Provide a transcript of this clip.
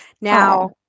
now